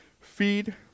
Feed